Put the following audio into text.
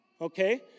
okay